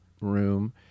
room